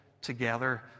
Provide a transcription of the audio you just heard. together